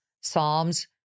Psalms